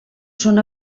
són